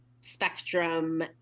spectrum